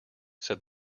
said